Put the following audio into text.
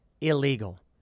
illegal